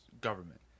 government